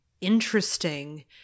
interesting